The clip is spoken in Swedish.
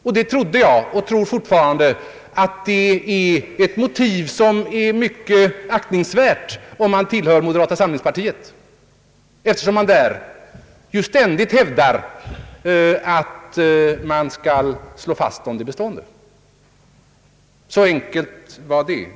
Jag trodde och tror fortfarande att det är ett mycket aktningsvärt motiv om man tillhör moderata samlingspartiet, eftersom man där ständigt hävdar att vi skall slå vakt om det bestående.